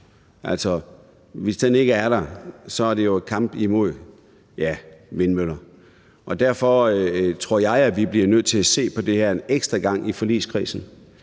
hvis den ikke er der, er det jo en kamp imod – ja, vindmøller! Og derfor tror jeg, vi bliver nødt til at se på det her en ekstra gang i forligskredsen